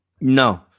no